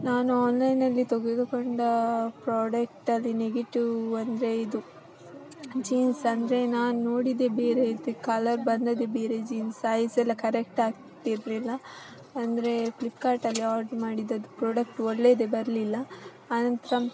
ನಾನು ಆನ್ಲೈನ್ನಲ್ಲಿ ತೊಗೆದುಕೊಂಡ ಪ್ರಾಡೆಕ್ಟಲ್ಲಿ ನೆಗೆಟಿವ್ ಅಂದರೆ ಇದು ಜೀನ್ಸ್ ಅಂದರೆ ನಾನು ನೋಡಿದ್ದೇ ಬೇರೆಯದ್ದೇ ಕಲರ್ ಬಂದದ್ದೇ ಬೇರೆ ಜೀನ್ಸ್ ಸೈಜೆಲ್ಲ ಕರೆಕ್ಟ್ ಆಗ್ತಿರಲಿಲ್ಲ ಅಂದರೆ ಫ್ಲಿಪ್ಕಾರ್ಟಲ್ಲಿ ಆರ್ಡ್ರ್ ಮಾಡಿದ್ದದು ಪ್ರಾಡಕ್ಟ್ ಒಳ್ಳೆದೇ ಬರಲಿಲ್ಲ ಆನಂತರ